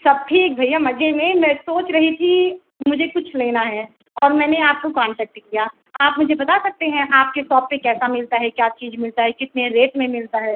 सब ठीक भैया मजे में मैं सोच रही थी मुझे कुछ लेना है और मैंने आपको काॅन्टैक्ट किया आप मुझे बता सकते हैं आपके सॉप पर कैसा मिलता है क्या चीज मिलता है कितने रेट में मिलता है